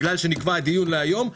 בגלל שנקבע הדיון להיום,